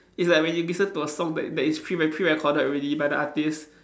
it's like when you listen to a song that that is pre recorded pre recorded already by the artiste